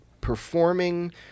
performing